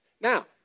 Now